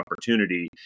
opportunity